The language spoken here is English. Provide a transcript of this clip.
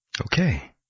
Okay